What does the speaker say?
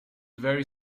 very